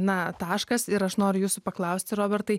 na taškas ir aš noriu jūsų paklausti robertai